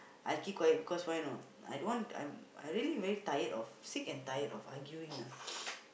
I keep quiet because why you know or not I don't want I'm I'm really very tired of sick and tired of arguing ah